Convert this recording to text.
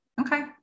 okay